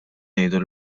ngħidu